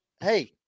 Hey